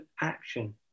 action